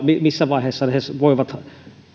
missä vaiheessa toimijat voivat